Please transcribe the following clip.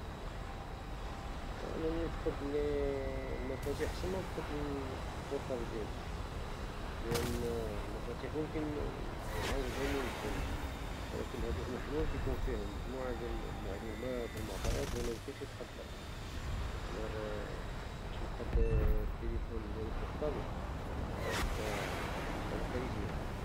أنني نفقد المفاتيح أحسن منفقد البورطابل ديالي لأن المفاتيح ممكن نعوضم ونجبروم ولكن الهاتف المحمول كيكون فيه مجموعة ديال المعلومات والمعطيات لي ميمكنش تخضرها، ألوغ باش نفقد التيليفون ديالي بورطابل فهذه مسألة كارثية.